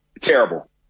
Terrible